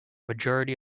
majority